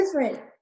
different